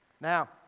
Now